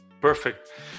Perfect